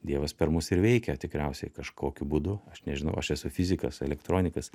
dievas per mus ir veikia tikriausiai kažkokiu būdu aš nežinau aš esu fizikas elektronikas